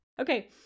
Okay